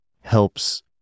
helps